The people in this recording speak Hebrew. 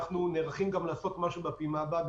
אנחנו נערכים לעשות משהו גם בפעימה הבאה,